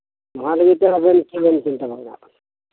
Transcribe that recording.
ᱱᱚᱣᱟ ᱞᱟᱹᱜᱤᱫ ᱛᱮ ᱟᱵᱮᱱ ᱪᱮᱫᱵᱮᱱ ᱪᱤᱱᱛᱟ ᱵᱷᱟᱵᱱᱟᱭᱮᱫᱟ